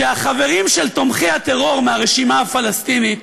שהחברים של תומכי הטרור מהרשימה הפלסטינית